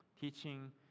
teaching